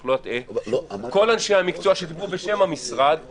יעקב, אנשי המקצוע אמרו, כן,